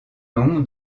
nom